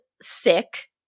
Sick